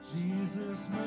Jesus